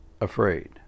afraid